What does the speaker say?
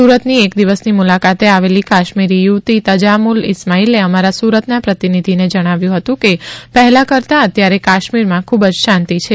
સુરતની એક દિવસની મુલાકાતે આવેલી કાશ્મીરી યુવતી તજા મૂલ ઇસ્માઇલે અમારા સુરતના પ્રતિનિધિને જણાવ્યું હતું કે પહેલાં કરતા અત્યારે કાશ્મીરમાં ખૂબ જ શાંતિ છે